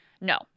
No